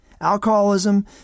Alcoholism